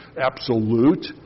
absolute